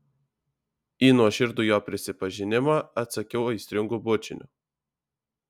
į nuoširdų jo prisipažinimą atsakiau aistringu bučiniu